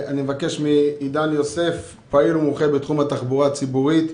עידן יוסף, פעיל מומחה בתחום התחבורה הציבורית,